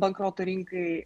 bankrotų rinkai